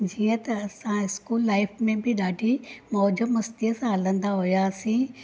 जीअं त असां स्कूल लाइफ में बि ॾाढी मौज मस्तीअ सां हलंदा हुआसीं